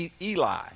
Eli